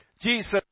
Jesus